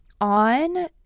on